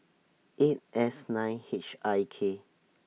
eight S nine H I K